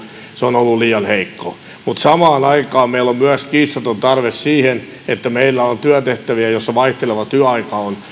se on ollut liian heikko mutta samaan aikaan meillä on myös kiistaton tarve siihen kun meillä on työtehtäviä joissa vaihteleva työaika